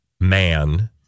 Man